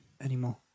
anymore